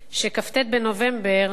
שכ"ט בנובמבר,